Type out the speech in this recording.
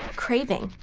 craving,